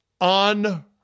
on